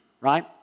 Right